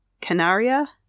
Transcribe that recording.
Canaria